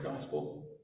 gospel